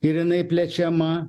ir jinai plečiama